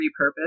repurpose